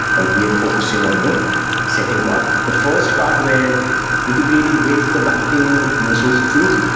and we are focusing on the second part. the first part we're integrating with the banking source of truth,